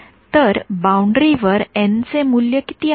तर बाउंडरी वर एन चे मूल्य किती आहे